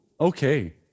okay